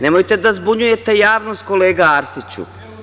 Nemojte da zbunjujete javnost, kolega Arsiću.